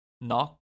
Knock